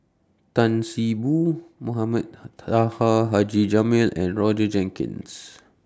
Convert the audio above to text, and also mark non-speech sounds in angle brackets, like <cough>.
Tan See Boo Mohamed <noise> Taha Haji Jamil and Roger Jenkins